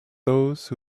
those